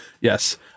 Yes